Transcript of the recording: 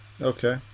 okay